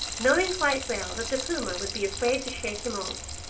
knowing quite well that the puma would be afraid to shake him off,